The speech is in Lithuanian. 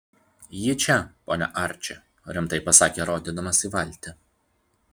ji čia pone arči rimtai pasakė rodydamas į valtį